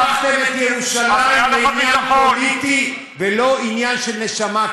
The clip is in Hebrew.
והפכתם את ירושלים לעניין פוליטי ולא עניין של נשמה,